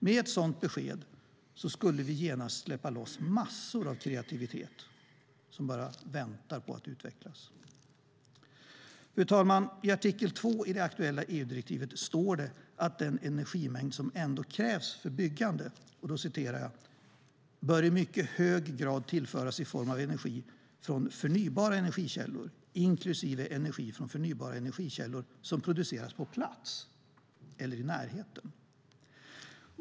Med ett sådant besked skulle vi genast släppa loss massor av kreativitet som bara väntar på att utvecklas. Fru talman! I artikel 2 i det aktuella EU-direktivet står det att den energimängd som ändå krävs för byggnaden "bör i mycket hög grad tillföras i form av energi från förnybara energikällor, inklusive energi från förnybara energikällor som produceras på plats eller i närheten".